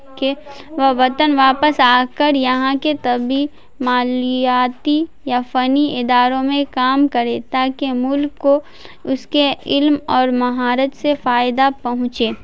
کہ وہ وطن واپس آ کر یہاں کے طبی مالیاتی یا فنی اداروں میں کام کرے تاکہ ملک کو اس کے علم اور مہارت سے فائدہ پہنچے